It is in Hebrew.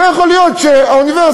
לא יכול להיות שהאוניברסיטה,